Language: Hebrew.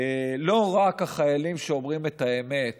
לא רק החיילים שאומרים את האמת